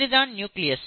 இதுதான் நியூக்ளியஸ்